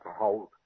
hold